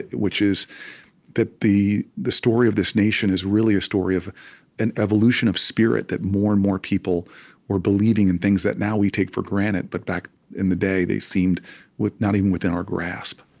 which is that the the story of this nation is really a story of an evolution of spirit that more and more people were believing in things that now we take for granted, but back in the day, they seemed not even within our grasp